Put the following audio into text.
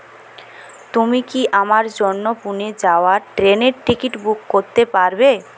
তুমি কি আমার জন্য পুণে যাওয়ার ট্রেনের টিকিট বুক করতে পারবে